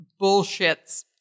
bullshits